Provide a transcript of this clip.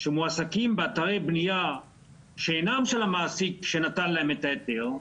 שמועסקים באתרי בניה שאינם של המעסיק שנתן להם את ההיתר,